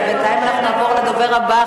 אז בינתיים אנחנו נעבור לדובר הבא,